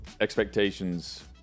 expectations